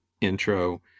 intro